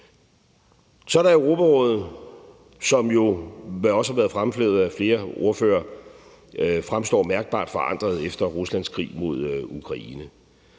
Så er der Europarådet, som jo, hvad der også har været fremhævet af flere ordførere, fremstår mærkbart forandret efter Ruslands krig mod Ukraine.